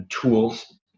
Tools